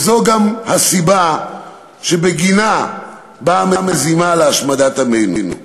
וזו גם הסיבה שבגינה באה מזימה להשמדת עמנו.